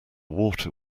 water